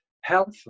health